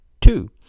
two